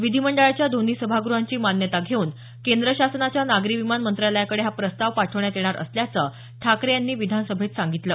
विधिमंडळाच्या दोन्ही सभागृहांची मान्यता घेऊन केंद्र शासनाच्या नागरी विमान मंत्रालयाकडे हा प्रस्ताव पाठवण्यात येणार असल्याचं ठाकरे यांनी विधानसभेत सांगितलं